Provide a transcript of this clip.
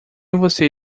você